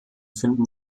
finden